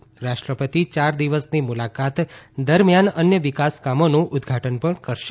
રાષ્ટ્રપતિ યાર દિવસની મુલાકાત દરમિયાન અન્ય વિકાસકામોનું ઉદઘાટન પણ કરશે